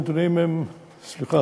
סליחה,